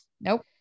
nope